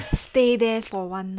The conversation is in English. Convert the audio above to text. stay there for one night